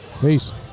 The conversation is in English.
Peace